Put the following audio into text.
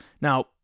now